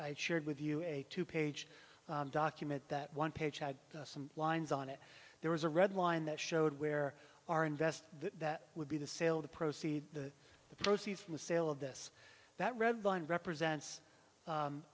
shared with you a two page document that one page had some lines on it there was a red line that showed where our investor that would be the sale the proceeds the the proceeds from the sale of this that red line represents